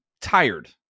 tired